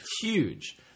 huge